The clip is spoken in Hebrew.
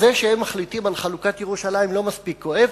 זה שהם מחליטים על חלוקת ירושלים לא מספיק כואב.